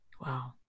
Wow